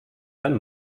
wenn